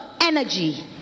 energy